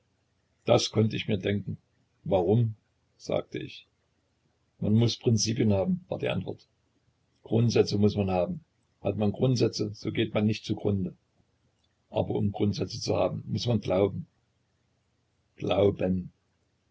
das könnt ich mir denken warum sagte ich man muß prinzipien haben war die antwort grundsätze muß man haben hat man grundsätze so geht man nicht zu grunde aber um grundsätze zu haben muß man glauben glauben